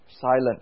silent